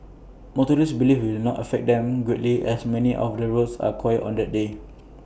motorists believe IT will not affect them greatly as many of the roads are quiet on that day